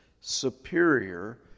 superior